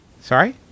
Sorry